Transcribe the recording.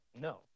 No